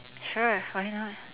sure why not